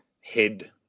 head